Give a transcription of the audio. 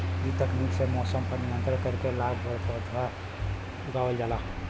इ तकनीक से मौसम पर नियंत्रण करके सालभर पौधा उगावल जाला